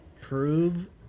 prove